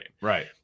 Right